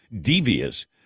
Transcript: devious